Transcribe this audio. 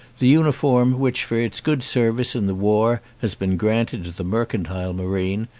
the uniform which for its good service in the war has been granted to the mercantile marine,